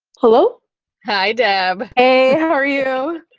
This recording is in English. hello hi, deb. hey, how are you?